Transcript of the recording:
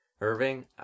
Irving